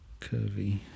curvy